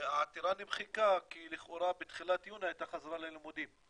והעתירה נמחקה כי לכאורה בתחילת יוני הייתה חזרה ללימודים,